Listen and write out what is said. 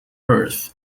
earth